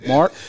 Mark